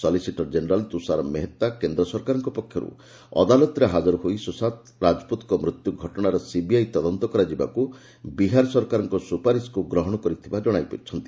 solicitor general Tushar Mehta କେନ୍ଦ୍ର ସରକାରଙ୍କ ପକ୍ଷରୁ ଅଦାଲତରେ ହାଜର ହୋଇ ସୁଶାନ୍ତ ରାଜପୁତଙ୍କ ମୃତ୍ୟୁ ଘଟଣାର ସିବିଆଇତଦନ୍ତ କରାଯିବାକୁ ବିହାର ସରକାରଙ୍କ ସୁପାରିସ୍କୁ ଗ୍ରହଣ କରିଥିବାର ଜଣାଇଛନ୍ତି